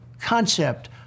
concept